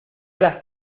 alas